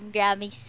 Grammy